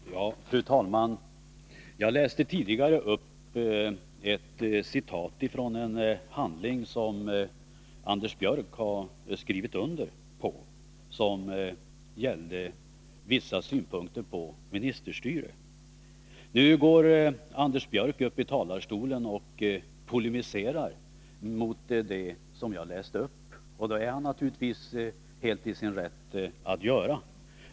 rande den statliga Fru talman! Jag läste tidigare upp ett citat från en handling som Anders affärsverksam Björck har skrivit under och som gällde vissa synpunkter på ministerstyre. heten Nu går Anders Björck uppi talarstolen och polemiserar mot det som jag läste upp. Det har han naturligtvis rätt att göra.